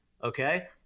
Okay